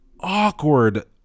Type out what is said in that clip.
Awkward